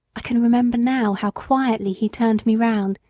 i can remember now how quietly he turned me round,